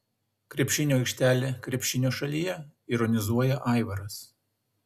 krepšinio aikštelė krepšinio šalyje ironizuoja aivaras